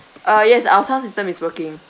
uh yes our sound system is working